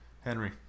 henry